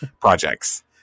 projects